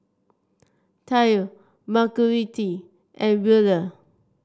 Tye Margurite and Wheeler